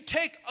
take